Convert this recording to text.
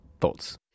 thoughts